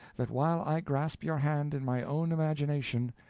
that while i grasp your hand in my own imagination,